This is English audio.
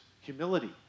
humility